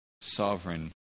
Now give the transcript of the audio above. sovereign